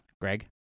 Greg